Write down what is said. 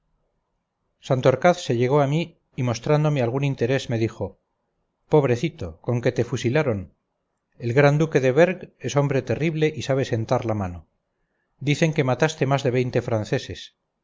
descansar santorcaz se llegó a mí y mostrándome algún interés me dijo pobrecito con que te fusilaron el gran duque de berg es hombre terrible y sabe sentar la mano dicen que mataste más de veinte franceses